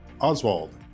Oswald